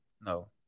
No